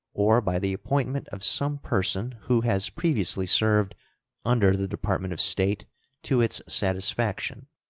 or by the appointment of some person who has previously served under the department of state to its satisfaction,